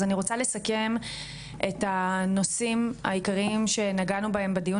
אז אני רוצה לסכם את הנושאים העיקריים שנגענו בהם בדיון